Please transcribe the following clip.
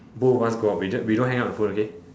both of us go out we ju~ we don't hang up the phone okay